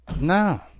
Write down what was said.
No